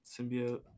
symbiote